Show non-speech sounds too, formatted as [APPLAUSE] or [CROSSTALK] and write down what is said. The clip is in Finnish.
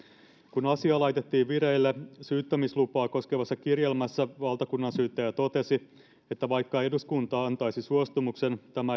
kun asia laitettiin vireille syyttämislupaa koskevassa kirjelmässä valtakunnansyyttäjä totesi että vaikka eduskunta antaisi suostumuksen tämä [UNINTELLIGIBLE]